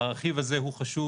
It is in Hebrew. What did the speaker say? הרכיב הזה הוא חשוב,